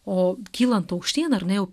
o kylant aukštyn ar ne jau